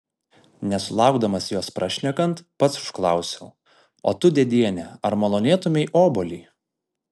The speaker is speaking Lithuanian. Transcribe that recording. nesulaukdamas jos prašnekant pats užklausiau o tu dėdiene ar malonėtumei obuolį